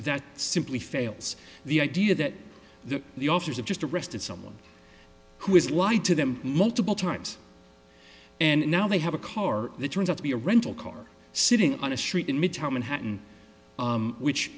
that simply fails the idea that the officers have just arrested someone who is wide to them multiple times and now they have a car that turns out to be a rental car sitting on a street in midtown manhattan which